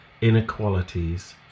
inequalities